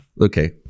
Okay